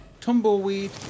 Tumbleweed